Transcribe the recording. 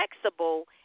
flexible